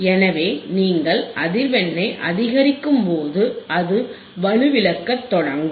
எனவே நீங்கள் அதிர்வெண்ணை அதிகரிக்கும்போது அது வலுவிழக்க தொடங்கும்